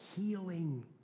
healing